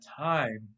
time